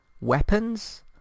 weapons